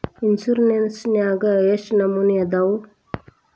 Insurance ನ್ಯಾಗ ಎಷ್ಟ್ ನಮನಿ ಅದಾವು?